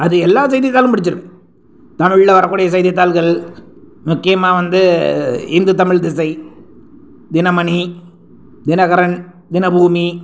அது எல்லா செய்தித்தாளும் படிச்சிருக்கேன் தமிழ்ல வரக்கூடிய செய்தித்தாள்கள் முக்கியமாக வந்து இந்து தமிழ் திசை தினமணி தினகரன் தினபூமி